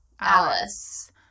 alice